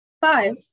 Five